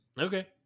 Okay